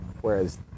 whereas